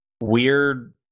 weird